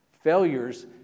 failures